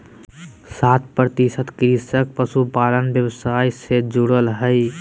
सत्तर प्रतिशत कृषक पशुपालन व्यवसाय से जुरल हइ